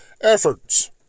efforts